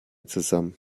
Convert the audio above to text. zusammen